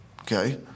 Okay